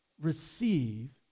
receive